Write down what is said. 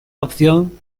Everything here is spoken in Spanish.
opción